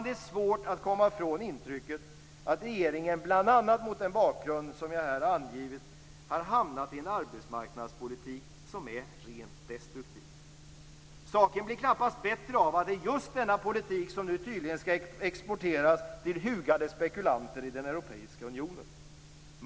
Det är svårt att komma ifrån intrycket att regeringen bl.a. mot den bakgrund som jag här har angivit har hamnat i en arbetsmarknadspolitik som är rent destruktiv. Saken blir knappast bättre av att det är just denna politik som nu tydligen skall exporteras till hugade spekulanter i den europeiska unionen.